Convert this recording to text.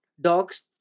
Dogs